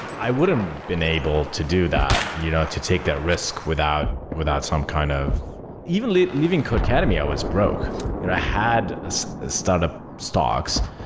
i wouldn't been able to do that, you know to take that risk without without some kind of even like leaving codeacademy i was broke. and i had startup stocks,